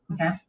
Okay